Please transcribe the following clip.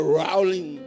rowling